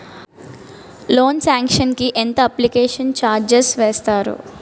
Loan sanction కి ఎంత application charge వేస్తారు?